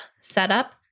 setup